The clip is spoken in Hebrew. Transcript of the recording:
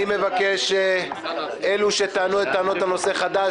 אני מבקש אלו שטענו את טענות הנושא החדש